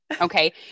Okay